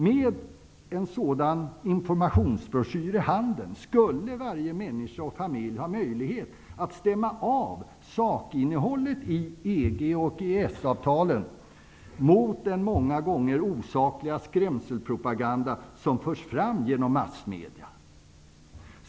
Med en broschyr i handen har varje människa, familj möjlighet att stämma av sakinnehållet i EG och EES-avtalet mot den många gånger osakliga skrämselpropaganda som förs fram i massmedia.